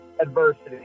Adversity